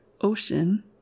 ocean